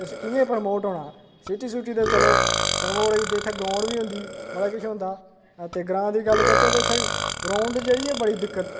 कि'यां प्रमोट होना सिटी सुटी ते चलो प्रमोट इत्थै ग्राउंड बी होंदी बड़ा केश होंदा ते ग्रांऽ दी गल्ल करचै तां ग्राउंड जेह्ड़ी ऐ बड़ी दिक्कत